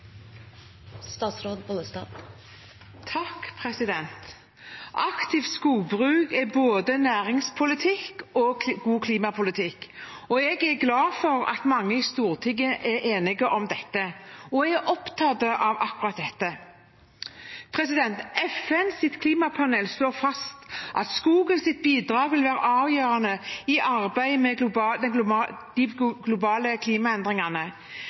både næringspolitikk og god klimapolitikk. Jeg er glad for at mange i Stortinget er enige om dette og er opptatt av akkurat dette. FNs klimapanel slår fast at skogens bidrag vil være avgjørende i arbeidet med